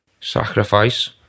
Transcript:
Sacrifice